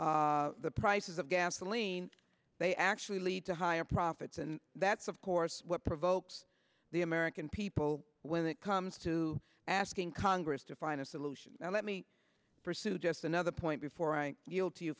at the prices of gasoline they actually lead to higher profits and that's of course what provokes the american people when it comes to asking congress to find a solution and let me pursue just another point before i yield to you